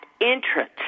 entrance